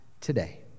today